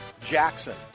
Jackson